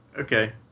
Okay